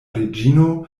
reĝino